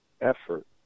effort